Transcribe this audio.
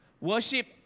Worship